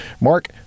Mark